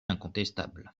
incontestable